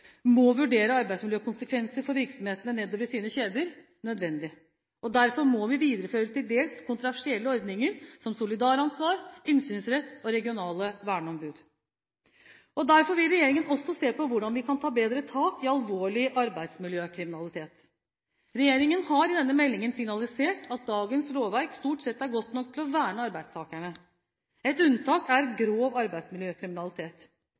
må vurdere arbeidsmiljøkonsekvenser for virksomhetene nedover i sine kjeder, nødvendig. Derfor må vi videreføre til dels kontroversielle ordninger som solidaransvar, innsynsrett og regionale verneombud. Og derfor vil regjeringen også se på hvordan vi kan ta bedre tak i alvorlig arbeidsmiljøkriminalitet. Regjeringen har i denne meldingen signalisert at dagens lovverk stort sett er godt nok til å verne arbeidstakerne. Et unntak er